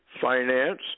finance